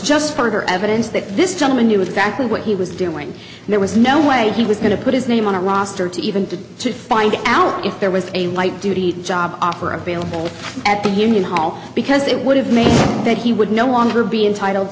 just further evidence that this gentleman knew exactly what he was doing and there was no way he was going to put his name on a roster to even to to find out if there was a light duty job offer available at the union hall because it would have made that he would no longer be entitled